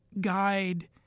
guide